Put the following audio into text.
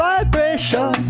Vibration